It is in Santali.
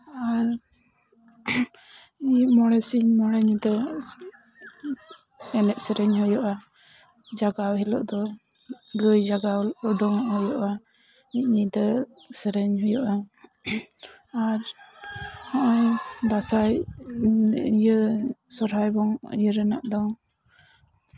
ᱟᱨ ᱢᱚᱬᱮ ᱥᱤᱧ ᱢᱚᱬᱮ ᱧᱤᱫᱟᱹ ᱮᱱᱮᱡ ᱥᱮᱨᱮᱧ ᱦᱩᱭᱩᱜᱼᱟ ᱡᱟᱜᱟᱣ ᱦᱤᱞᱳᱜ ᱫᱚ ᱜᱟᱹᱭ ᱡᱟᱜᱟᱣ ᱩᱰᱩᱠ ᱦᱩᱭᱩᱜᱼᱟ ᱢᱤᱫ ᱧᱤᱫᱟᱹ ᱥᱮᱨᱮᱧ ᱟᱨ ᱱᱚᱜᱼᱚᱭ ᱫᱟᱸᱥᱟᱭ ᱥᱚᱨᱦᱟᱭ ᱤᱭᱟᱹ ᱨᱮᱱᱟᱜ ᱫᱚ